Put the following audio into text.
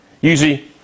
usually